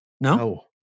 No